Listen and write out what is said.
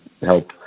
help